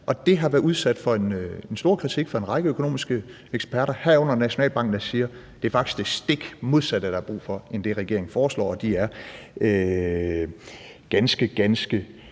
Og det har været udsat for en stor kritik fra en række økonomiske eksperter, herunder Nationalbanken, der siger, at det faktisk er det stik modsatte, der er brug for, end det, regeringen foreslår, og de er ganske, ganske